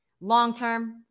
long-term